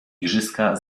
igrzyska